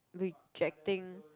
rejecting